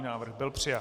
Návrh byl přijat.